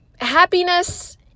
happiness